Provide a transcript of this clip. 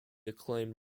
acclaimed